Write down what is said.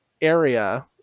area